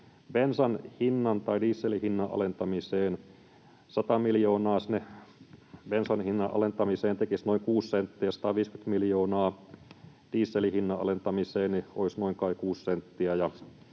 sinne bensan hinnan alentamiseen tekisi noin 6 senttiä, 150 miljoonaa dieselin hinnan alentamiseen olisi kai noin 6 senttiä,